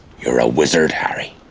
you're a wizard, harry.